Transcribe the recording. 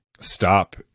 Stop